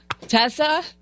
Tessa